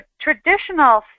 traditional